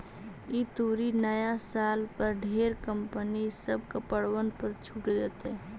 ई तुरी नया साल पर ढेर कंपनी सब कपड़बन पर छूट देतई